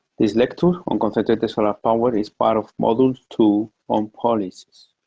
this lecture on concentrated solar power is part of module two on policies.